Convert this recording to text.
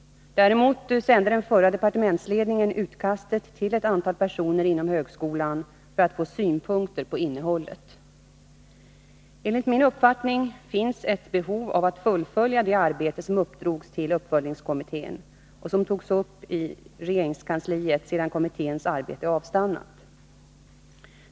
Däremot sände den förra departementsledningen utkastet till ett antal personer inom högskolan för att få synpunkter på innehållet. Enligt min uppfattning finns ett behov av att fullfölja det arbete som uppdrogs till uppföljningskommittén och som togs upp i regeringskansliet sedan kommitténs arbete avstannat.